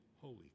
holy